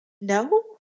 no